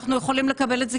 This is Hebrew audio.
אנחנו יכולים לקבל את זה,